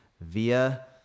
via